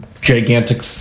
gigantic